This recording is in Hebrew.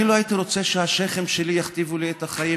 אני לא הייתי רוצה שהשיח'ים שלי יכתיבו לי את החיים,